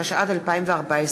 התשע"ד 2014,